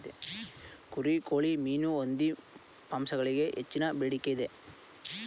ಕುರಿ, ಕೋಳಿ, ಮೀನು, ಹಂದಿ ಮಾಂಸಗಳಿಗೆ ಹೆಚ್ಚಿನ ಬೇಡಿಕೆ ಇದೆ